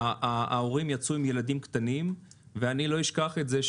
שההורים יצאו עם ילדים קטנים ואני לא אשכח את זה.